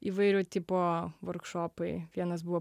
įvairių tipo vorkšopai vienas buvo